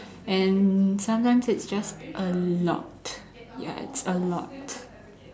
and sometimes it's just a lot ya it's a lot